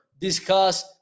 discuss